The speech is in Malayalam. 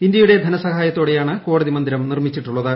ഇന്ത്യയുട്ട് ധിനസഹായത്തോടെയാണ് കോടതി മന്ദിരം നിർമ്മിച്ചിട്ടുള്ളത്